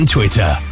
Twitter